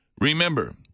Remember